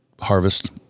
harvest